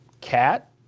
cat